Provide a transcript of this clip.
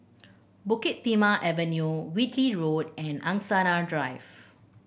Bukit Timah Avenue Whitley Road and Angsana Drive